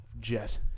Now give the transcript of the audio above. Jet